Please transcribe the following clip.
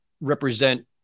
represent